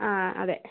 ആ അതെ